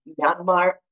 Myanmar